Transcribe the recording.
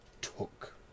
took